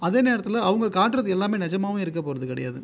அதே நேரத்தில் அவங்க காட்டுகிறது எல்லாமே நிஜமாவும் இருக்க போகிறது கிடையாது